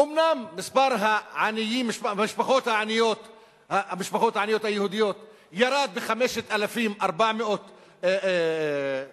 אומנם מספר העניים והמשפחות העניות היהודיות ירד ב-5,400 משפחות,